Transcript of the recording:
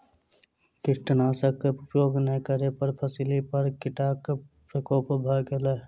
कीटनाशक उपयोग नै करै पर फसिली पर कीटक प्रकोप भ गेल